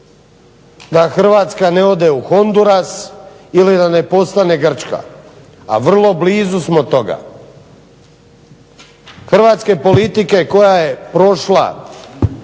da Hrvatska ne ode u Honduras ili da ne postane Grčka, a vrlo blizu smo toga. Hrvatske politike koja je prošla